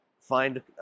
Find